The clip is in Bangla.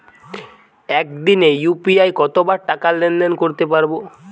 একদিনে ইউ.পি.আই কতবার টাকা লেনদেন করতে পারব?